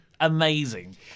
amazing